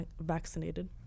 vaccinated